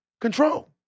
control